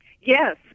Yes